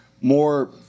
more